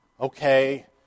Okay